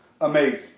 amazing